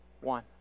One